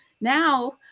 now